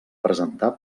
presentar